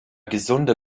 gesunde